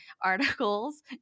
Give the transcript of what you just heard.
articles